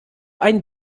ein